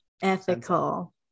ethical